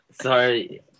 Sorry